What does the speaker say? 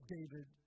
David